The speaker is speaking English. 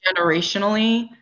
generationally